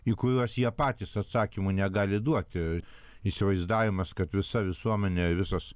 į kuriuos jie patys atsakymų negali duoti įsivaizdavimas kad visa visuomenė visas